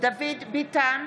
דוד ביטן,